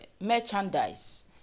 merchandise